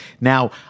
Now